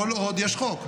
כל עוד יש חוק.